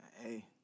Hey